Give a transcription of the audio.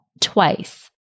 twice